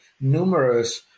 numerous